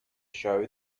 show